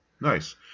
Nice